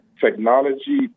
technology